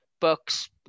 books